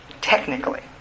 technically